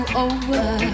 over